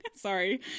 Sorry